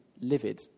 livid